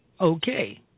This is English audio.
Okay